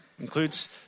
Includes